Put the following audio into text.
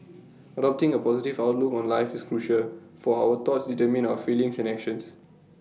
adopting A positive outlook on life is crucial for our thoughts determine our feelings and actions